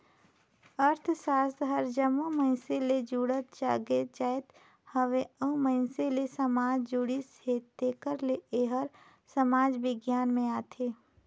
अर्थसास्त्र हर जम्मो मइनसे ले जुड़ल जाएत हवे अउ मइनसे ले समाज जुड़िस हे तेकर ले एहर समाज बिग्यान में आथे